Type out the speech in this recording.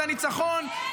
את הניצחון,